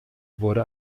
wurde